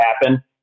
happen